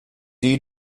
die